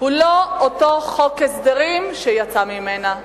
הוא לא אותו חוק הסדרים שיצא ממנה.